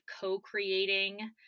co-creating